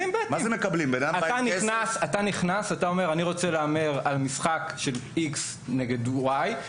אתה נכנס ואתה אומר שאתה רוצה להמר על משחק שלX נגד Y,